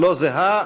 לא זהה,